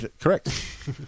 Correct